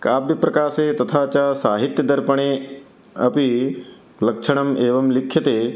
काव्यप्रकाशे तथा च साहित्यदर्पणे अपि लक्षणम् एवं लिख्यते